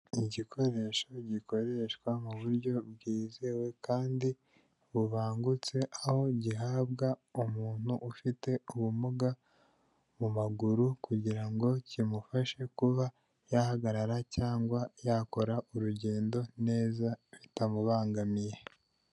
Igikoresho gikoreshwa mu buryo bwizewe kandi bubangutse, aho gihabwa umuntu ufite ubumuga mu maguru, kugira ngo kimufashe kuba yahagarara cyangwa yakora urugendo neza bitamubangamiye.